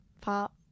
Pop